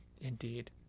indeed